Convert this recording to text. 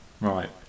Right